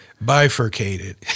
Bifurcated